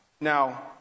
Now